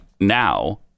now